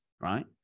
right